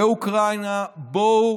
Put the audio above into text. באוקראינה: בואו,